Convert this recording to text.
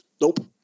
Nope